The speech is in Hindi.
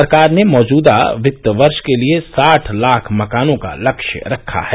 सरकार ने मौजूदा वित्त वर्ष के लिए साठ लाख मकानों का लक्ष्य रखा है